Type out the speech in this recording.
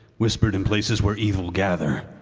whispered in places where evil gather,